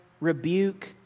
rebuke